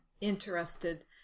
interested